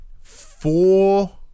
four